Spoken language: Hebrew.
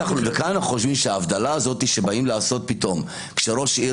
וכאן אנחנו חושבים שההבדלה הזאת שבאים לעשות פתאום כשראש עיר